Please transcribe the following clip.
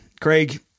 Craig